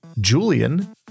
Julian